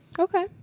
Okay